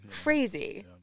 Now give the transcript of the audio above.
Crazy